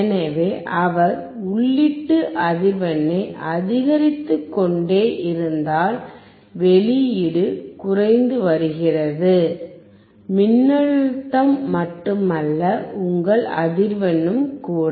எனவே அவர் உள்ளீட்டு அதிர்வெண்ணை அதிகரித்துக்கொண்டே இருந்தால் வெளியீடு குறைந்து வருகிறது மின்னழுத்தம் மட்டுமல்ல உங்கள் அதிர்வெண்ணும் கூட